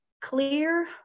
clear